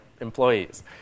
employees